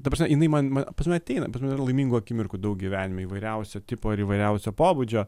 ta prasme jinai man pas mane ateina pas mane yra laimingų akimirkų daug gyvenime įvairiausio tipo ir įvairiausio pobūdžio